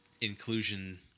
inclusion